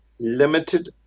limited